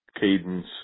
cadence